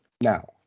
Now